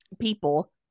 people